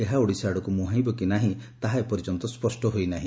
ଏହା ଓଡ଼ିଶା ଆଡ଼କୁ ମୁହାଁଇବ କି ନାହି ତାହା ଏ ପର୍ଯ୍ୟନ୍ତ ସ୍ୱଷ ହୋଇନାହି